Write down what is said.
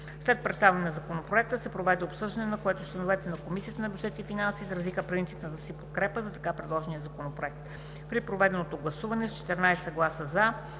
След представяне на Законопроекта се проведе обсъждане, на което членовете на Комисията по бюджет и финанси изразиха принципната си подкрепа за така предложения Законопроект. При проведеното гласуване с 14 гласа „за“,